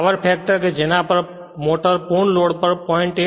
power factor કે જેના પર મોટર પૂર્ણ લોડ પર 0